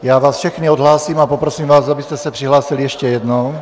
Já vás všechny odhlásím a poprosím vás, abyste se přihlásili ještě jednou.